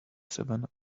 seven